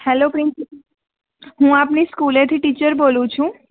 hello princi હું આપની સ્કૂલેથી ટીચર બોલું છું